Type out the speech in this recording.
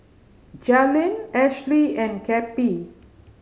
Jalynn Ashlie and Cappie